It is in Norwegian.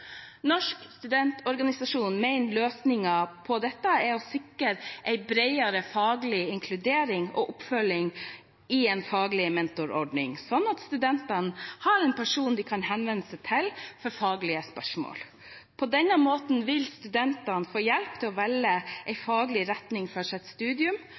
Norsk studentorganisasjon mener løsningen på dette er å sikre en bredere faglig inkludering og oppfølging i en faglig mentorordning, slik at studentene har en person de kan henvende seg til for faglige spørsmål. På denne måten vil studentene få hjelp til å velge en faglig retning for sitt studium,